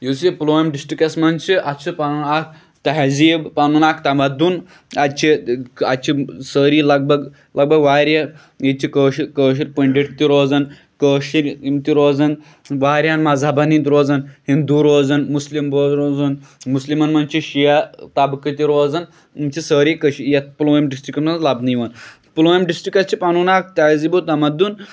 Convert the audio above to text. یُس یہِ پُلوامہِ ڈِسٹرکَس منٛز چھِ اَتھ چھِ پَنُن اکھ تہزیٖب پَنُن اکھ تَمدُن اَتہِ چھِ اَتہِ چھِ سٲری لگ بگ واریاہ ییٚتہِ چھِ کٲ کٲشِر پٔنڈِت تہِ روزان کٲشِر یِم تہِ روزان واریاہَن مَزہبن ہِندۍ روزان ہِندوٗ روزان مَسلِم بٲے روزان مَسلِمَن منٛز چھِ شِیا تِبقہٕ تہِ روزان یِم چھِ سٲری کٔ یتھ پُلوٲم ڈِسٹرکس منٛز لَبنہٕ یِوان پُلوامۍ ڈِسٹرکَس چھُ پَنُن اکھ تہزیٖبو تَمدُن